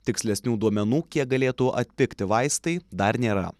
tikslesnių duomenų kiek galėtų atpigti vaistai dar nėra